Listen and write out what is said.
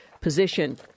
position